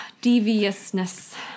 Deviousness